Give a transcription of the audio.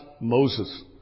Moses